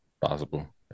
Possible